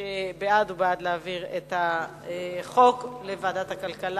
ההצעה להעביר את הצעת חוק המים (תיקון מס' 26)